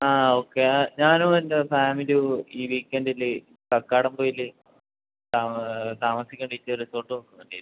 ആ ഓക്കെ ആ ഞാനും എൻ്റ ഫാമിലിയും ഈ വീക്കെൻഡില് കക്കാടംപൊയില് താമസിക്കാൻ വേണ്ടിയിട്ട് ഒരു റിസോർട്ട് വേണ്ടി